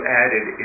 added